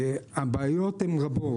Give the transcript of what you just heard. הבעיות הן רבות.